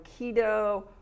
keto